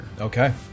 Okay